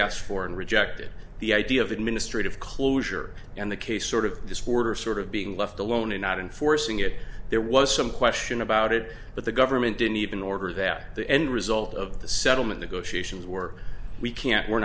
asked for and rejected the idea of administrative closure in the case sort of this border sort of being left alone and not enforcing it there was some question about it but the government didn't even order that the end result of the settlement negotiations were we can't we're